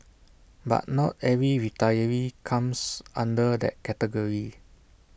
but not every retiree comes under that category